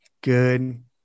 Good